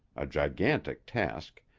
a gigantic task,